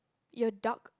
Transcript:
eat a duck